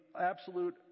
absolute